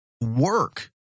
work